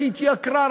שהתייקרה,